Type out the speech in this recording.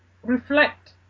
reflect